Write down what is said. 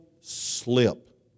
slip